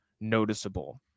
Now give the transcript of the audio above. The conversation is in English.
noticeable